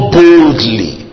boldly